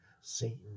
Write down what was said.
Satan